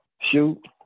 shoot